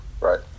Right